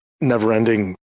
never-ending